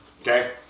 Okay